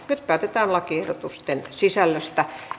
nyt päätetään lakiehdotusten sisällöstä